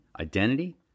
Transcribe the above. identity